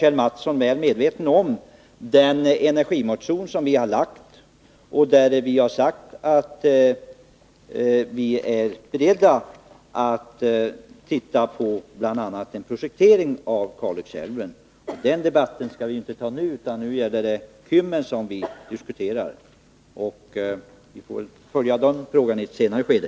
Kjell Mattsson är väl medveten om den energimotion som vi har lagt fram, där vi har sagt att vi är beredda att titta på bl.a. en projektering av Kalixälven. Den debatten skall vi inte föra nu, utan nu diskuterar vi Kymmen, och frågan om vattenkraftsutbyggnaden i övrigt får vi väl behandla i ett senare skede.